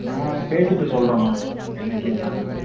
நான் பேசிவிட்டு சொல்லுறமா என்னக்கு என்னான்னு